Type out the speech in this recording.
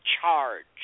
charge